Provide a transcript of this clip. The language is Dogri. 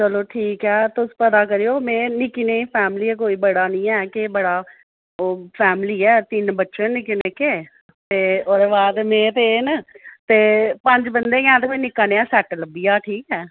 चलो ठीक ऐ तुस पता करेओ में निक्की नेही फैमिली ऐ कोई बड़ा नी ऐ के बड़ा ओह् फैमिली ऐ तिन बच्चे न निक्के निक्के ते ओह्दे बाद में ते एह् न ते पंज बंदे गै न निक्का नेहा सेट लब्भी जा ठीक ऐ